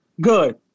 Good